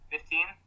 Fifteen